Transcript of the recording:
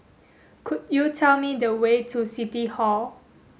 could you tell me the way to City Hall